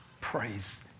Praise